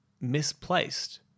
misplaced